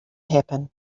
happen